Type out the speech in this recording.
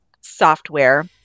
software